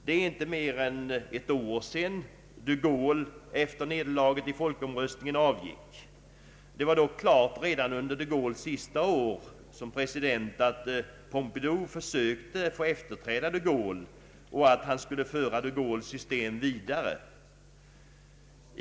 Det är inte mer än ett år sedan de Gaulle efter nederlaget i folkomröstningen avgick. Det var dock klart redan under de Gaulles sista år som president att Pompidou försökte få efterträda de Gaulle och att han skulle föra de Gaulles system vidare.